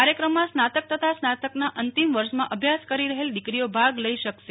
કાર્યક્રમમાં સ્નાતકસ્નાતકના અંતિમ વર્ષમાં અભ્યાસ કરી રહેલ દીકરીઓ ભાગ લઇ શકશે